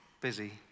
busy